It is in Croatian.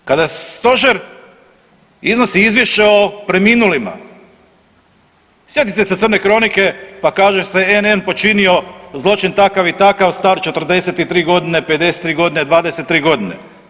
Druga stvar, kada stožer iznosi izvješće o preminulima, sjetite se crne kronike pa kaže se N.N. počinio zločin takav i takav star 43 godine, 53 godine, 23 godine.